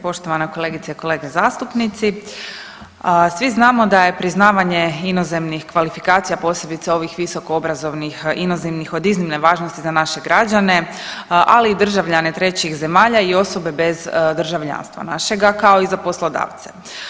Poštovana kolegice i kolege zastupnici, svi znamo da je priznavanje inozemnih kvalifikacija posebice ovih visokoobrazovnih inozemnih od iznimne važnosti za naše građane, ali i državljane trećih zemalja i osobe bez državljanstva našega kao za poslodavce.